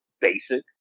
basic